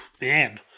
Man